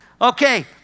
Okay